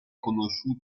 conosciuto